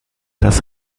das